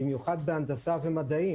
במיוחד בהנדסה ומדעים.